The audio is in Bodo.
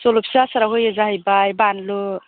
जलफि आसारआव होयो जाहैबाय बानलु